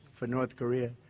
for north korea,